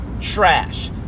trash